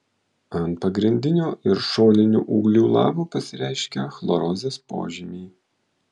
ant pagrindinio ir šoninių ūglių lapų pasireiškia chlorozės požymiai